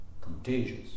contagious